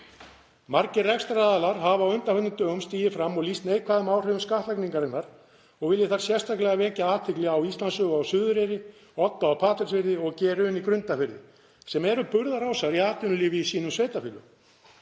Margir rekstraraðilar hafa á undanförnum dögum stigið fram og lýst neikvæðum áhrifum skattlagningarinnar og vil ég þar sérstaklega vekja athygli á Íslandssögu á Suðureyri, Odda á Patreksfirði og G.Run í Grundarfirði sem eru burðarásar í atvinnulífi í sínum sveitarfélögum.